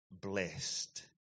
blessed